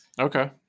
Okay